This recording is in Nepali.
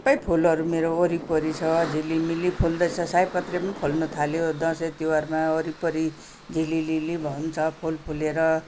सबै फुलहरू मेरो वरिपरि छ झिलिमिली फुल्दैछ सयपत्रीम फुल्न थाल्यो दसैँ तिहारमा वरिपरि झिलिलिली हुन्छ फुल फुलेर